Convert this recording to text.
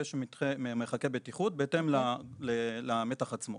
ויש מרחקי בטיחות בהתאם למתח עצמו.